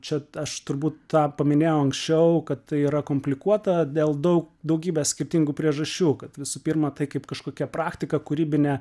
čia aš turbūt tą paminėjau anksčiau kad tai yra komplikuota dėl daug daugybės skirtingų priežasčių kad visų pirma tai kaip kažkokia praktika kūrybinė